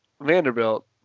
Vanderbilt